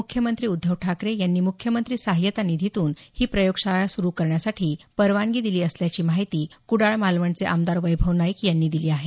मुख्यमंत्री उद्धव ठाकरे यांनी मुख्यमंत्री सहायता निधीतून ही प्रयोगशाळा सुरु करण्यासाठी परवानगी दिली असल्याची माहिती कुडाळ मालवणचे आमदार वैभव नाईक यांनी दिली आहे